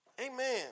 Amen